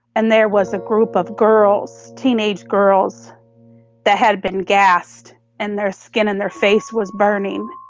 and there was a group of girls, teenage girls that had been gassed and their skin and their face was burning.